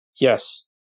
Yes